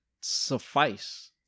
suffice